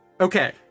Okay